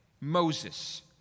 Moses